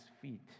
feet